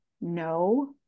no